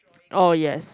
oh yes